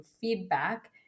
feedback